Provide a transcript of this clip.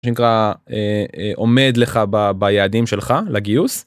מה שנקרא עומד לך ביעדים שלך לגיוס.